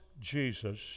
Jesus